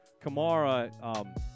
Kamara